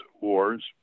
wars